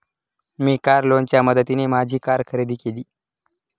मी car लोनच्या मदतीने माझी कार खरेदी केली